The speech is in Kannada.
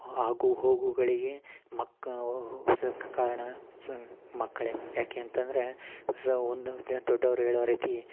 ಆಗು ಹೋಗುಗಳಿಗೆ ಮಕ್ ಕಾರಣ ಸೊ ಮಕ್ಕಳೆ ಯಾಕೆ ಅಂತಂದರೆ ಸ ಒಂದು ದೊಡ್ಡವ್ರು ಹೇಳೋ ರೀತಿ